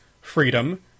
freedom